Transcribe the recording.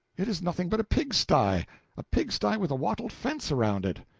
it is nothing but a pigsty a pigsty with a wattled fence around it.